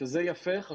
וזה יפה, חשוב,